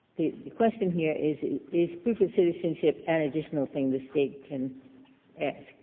the question here is, is proof of citizenship an additional thing the state can ask.